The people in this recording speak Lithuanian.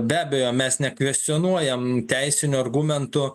be abejo mes nekvestionuojam teisinių argumentų